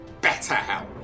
BetterHelp